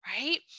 right